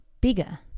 bigger